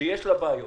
שיש לה בעיות,